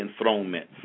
enthronement